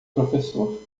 professor